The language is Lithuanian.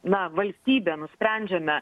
na valstybė nusprendžiame